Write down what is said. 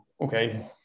okay